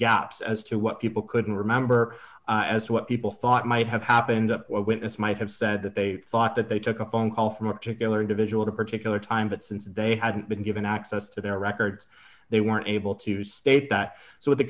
gaps as to what people couldn't remember as to what people thought might have happened when this might have said that they thought that they took a phone call from a particular individual a particular time but since they hadn't been given access to their records they weren't able to state that